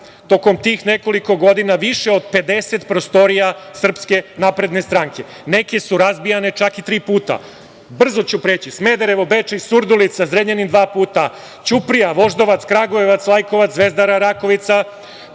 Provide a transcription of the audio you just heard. tokom tih nekoliko godina, više od 50 prostorija SNS. Neke su razbijane čak i tri puta. Brzo ću preći, Smederevo, Bečej, Surdilica, Zrenjanin dva puta, Ćuprija, Voždovac, Kragujevac, Lajkovac, Zvezdara, Rakovica,